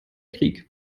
krieg